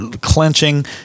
clenching